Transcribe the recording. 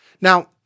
Now